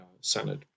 Senate